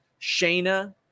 Shayna